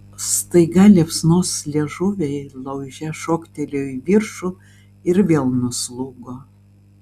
staiga liepsnos liežuviai lauže šoktelėjo į viršų ir vėl nuslūgo